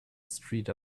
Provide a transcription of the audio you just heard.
street